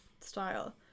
style